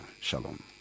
Shalom